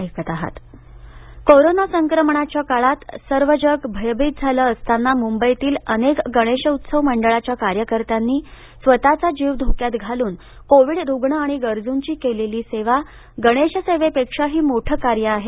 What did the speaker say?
corona योद्दे corona संक्रमणाच्या काळात सर्व जग भयभीत झालं असताना मुंबईतील अनेक गणेशोत्सव मंडळांच्या कार्यकर्त्यांनी स्वतःचा जीव धोक्यात घालून कोविड रुग्ण आणि गरजूंची केलेली सेवा गणेशसेवेपेक्षाही मोठं कार्य आहे